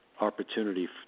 opportunity